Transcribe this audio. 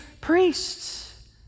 priests